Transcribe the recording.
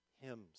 hymns